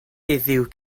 heddiw